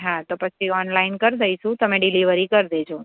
હા તો પછી ઓનલાઇન કરી દઇશું તમે ડિલિવરી કરી દેજો